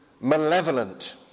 malevolent